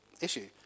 issue